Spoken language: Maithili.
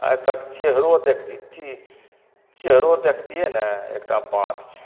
आइ तक चेहरो देखती की चेहरो देखतियै ने एकटा बात छै